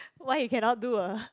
why he cannot do a